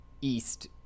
east